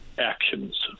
actions